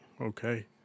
okay